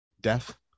death